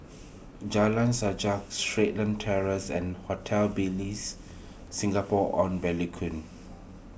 Jalan Sajak Starlight Terrace and Hotel Ibis Singapore on Bencoolen